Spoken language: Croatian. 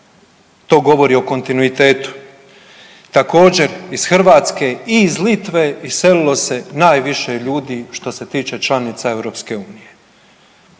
to govori o kontinuitetu. Također, iz Hrvatske i iz Litve iselilo se najviše ljudi što se tiče članica EU-a. Gdje